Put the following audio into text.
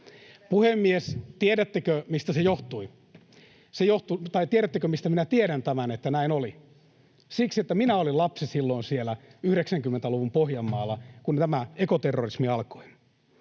Puhemies, tiedättekö, mistä se johtui? Tai tiedättekö, mistä minä tiedän tämän, että näin oli? Siksi, että minä olin lapsi silloin siellä 90-luvun Pohjanmaalla, kun tämä ekoterrorismi alkoi.